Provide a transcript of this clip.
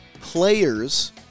Players